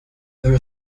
there